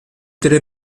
tre